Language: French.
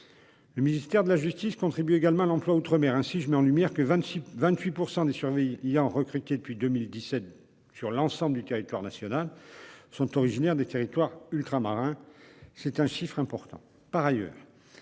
Le ministère de la justice contribue également à l'emploi outre-mer. Ainsi, je veux ici mettre en lumière que 28 % des surveillants recrutés depuis 2017 sur l'ensemble du territoire national sont originaires des territoires ultramarins : c'est un chiffre important.